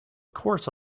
course